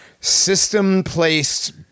system-placed